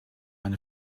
eine